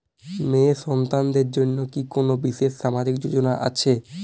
মেয়ে সন্তানদের জন্য কি কোন বিশেষ সামাজিক যোজনা আছে?